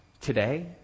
today